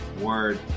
Word